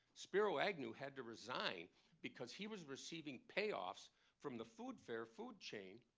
spiro agnew had to resign because he was receiving payoffs from the food fair food chain